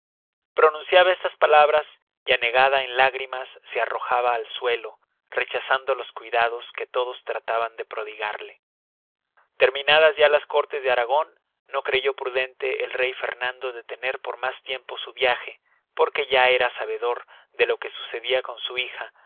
pronunciaba estas palabras y anegada en lágrimas se arrojaba al suelo rechazando los cuidados que todos trataban de prodigarle terminadas ya las córtes de aragon no creyó prudente el rey fernando detener por mas tiempo su viage porque ya era sabedor de lo que sucedia con su hija